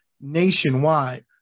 nationwide